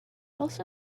also